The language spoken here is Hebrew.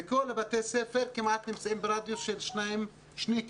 וכמעט כל בתי הספר נמצאים ברדיוס של שני קילומטרים,